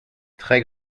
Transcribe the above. très